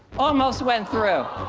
almost went through.